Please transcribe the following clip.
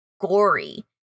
gory